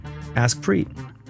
AskPreet